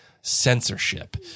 censorship